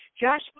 Josh